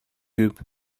күп